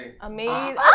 Amazing